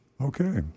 Okay